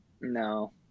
No